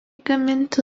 gaminti